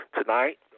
tonight